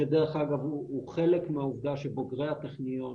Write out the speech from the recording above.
שדרך אגב הוא חלק מהעובדה שבוגרי הטכניון,